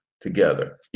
together